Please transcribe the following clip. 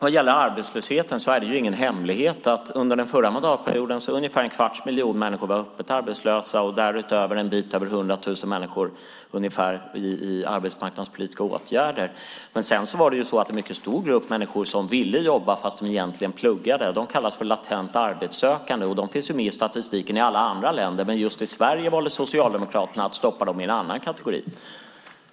Vad gäller arbetslösheten är det ingen hemlighet att ungefär en kvarts miljon var öppet arbetslösa under den förra mandatperioden. Därutöver fanns en bit över 100 000 människor, ungefär, i arbetsmarknadspolitiska åtgärder. Det fanns också en mycket stor grupp människor som egentligen ville jobba men som pluggade. De kallas för latent arbetssökande. De finns med i statistiken i alla andra länder, men just i Sverige valde Socialdemokraterna att stoppa dem i en annan kategori.